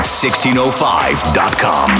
1605.com